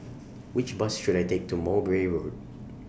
Which Bus should I Take to Mowbray Road